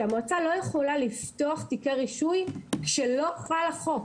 שהמועצה לא יכולה לפתוח תיק הרישוי כשלא חל החוק.